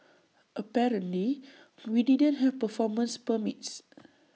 apparently we didn't have performance permits